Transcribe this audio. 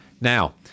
Now